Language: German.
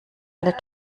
alle